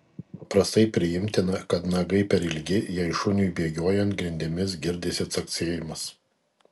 paprastai priimtina kad nagai per ilgi jei šuniui bėgiojant grindimis girdisi caksėjimas